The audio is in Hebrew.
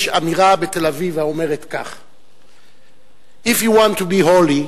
יש אמירה בתל-אביב האומרת כך: If you want to be holy,